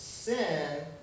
Sin